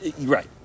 right